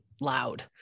loud